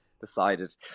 decided